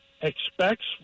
expects